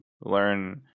Learn